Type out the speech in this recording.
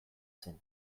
zen